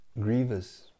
grievous